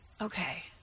Okay